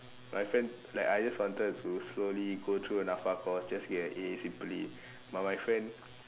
my friend like I just wanted to slowly go through the Napfa course just get a A simply but my friend